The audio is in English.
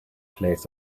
plays